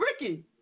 Ricky